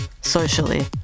socially